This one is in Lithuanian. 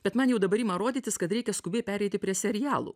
bet man jau dabar ima rodytis kad reikia skubiai pereiti prie serialų